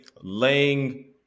laying